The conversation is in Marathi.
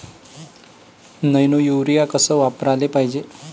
नैनो यूरिया कस वापराले पायजे?